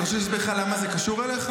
אתה רוצה שאני אסביר לך למה זה קשור אליך?